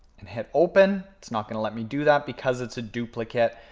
and hit open. it's not gonna let me do that because it's a duplicate,